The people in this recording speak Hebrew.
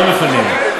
לא מפנים.